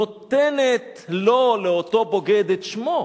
נותנת לו, לאותו בוגד, את שמו,